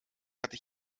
hatte